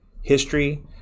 history